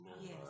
Yes